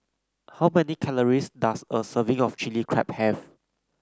how many calories does a serving of Chilli Crab have